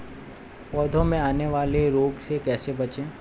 पौधों में आने वाले रोग से कैसे बचें?